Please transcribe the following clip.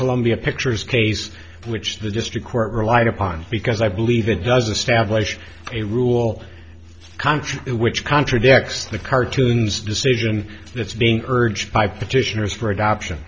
columbia pictures case which the district court relied upon because i believe it does a stab a rule contra which contradicts the cartoons decision that's being urged by petitioners for adoption